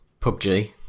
PUBG